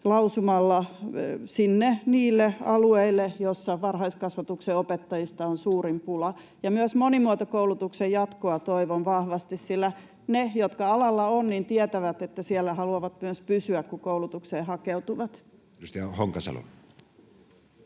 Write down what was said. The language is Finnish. lausumalla niille alueille, joissa varhaiskasvatuksen opettajista on suurin pula. Myös monimuotokoulutuksen jatkoa toivon vahvasti, sillä ne, jotka alalla ovat, tietävät, että siellä haluavat myös pysyä, kun koulutukseen hakeutuvat. Edustaja Honkasalo.